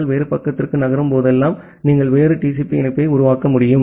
நீங்கள் வேறு பக்கத்திற்கு நகரும் போதெல்லாம் நீங்கள் வேறு TCP இணைப்பை உருவாக்க வேண்டும்